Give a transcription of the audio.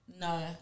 No